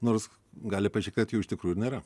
nors gali paaiškėt kad jų iš tikrųjų ir nėra